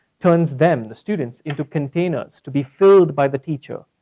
turns them, the students, into containers to be filled by the teacher.